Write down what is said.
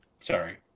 Sorry